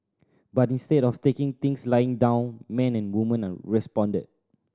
but instead of taking things lying down men and woman responded